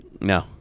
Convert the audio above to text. No